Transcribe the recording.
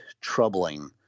troubling